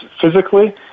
physically